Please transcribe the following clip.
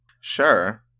Sure